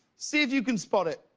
see if you can spot it.